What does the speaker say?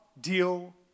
deal